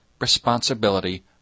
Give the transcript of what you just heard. responsibility